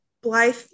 Blythe